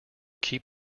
keep